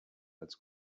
als